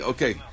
Okay